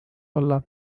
olla